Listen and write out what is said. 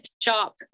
shop